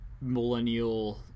millennial